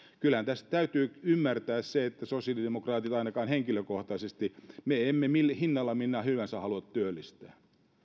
kyllähän tässä täytyy ymmärtää se että sosiaalidemokraatit ainakaan minä henkilökohtaisesti eivät hinnalla millä hyvänsä halua työllistää